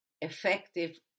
effective